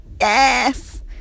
yes